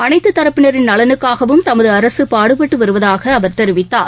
அனைத்து தரப்பினரின் நலனுக்காகவும் தமது அரசு பாடுபட்டு வருவதாக அவர் தெரிவித்தார்